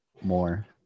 more